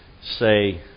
say